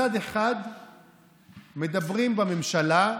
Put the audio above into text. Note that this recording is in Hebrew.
מצד אחד מדברים בממשלה,